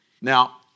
Now